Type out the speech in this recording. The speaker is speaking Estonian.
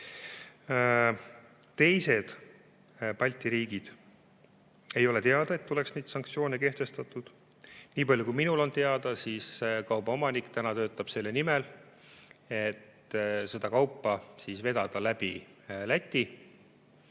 teised Balti riigid oleks neid sanktsioone kehtestanud. Niipalju kui minule on teada, siis kauba omanik töötab selle nimel, et seda kaupa vedada läbi Läti.